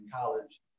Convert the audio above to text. college